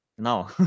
No